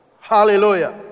Hallelujah